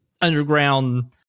underground